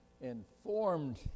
informed